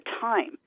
time